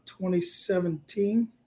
2017